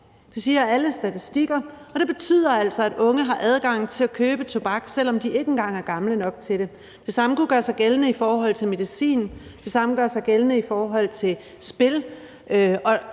det betyder altså, at unge har adgang til at købe tobak, selv om de ikke engang er gamle nok til det. Det samme kunne gøre sig gældende i forhold til medicin. Det samme